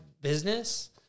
business –